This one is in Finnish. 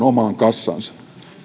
omaan kassaansa